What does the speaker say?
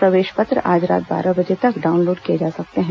प्रवेश पत्र आज रात बारह बजे तक डाउनलोड किए जा सकते हैं